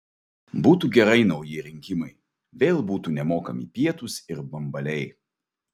būtų gerai nauji rinkimai vėl būtų nemokami pietūs ir bambaliai